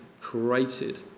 created